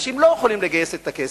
אנשים לא יכולים לגייס את הכסף,